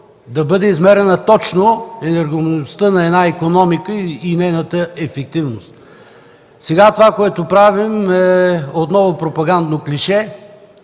да бъде измерена точно енергоемкостта на една икономика и нейната ефективност. Това, което правим сега, е отново пропагандно клише,